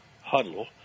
huddle